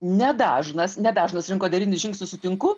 nedažnas nedažnas rinkodarinis žingsnis sutinku